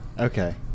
Okay